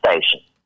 station